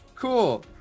Cool